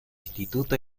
instituto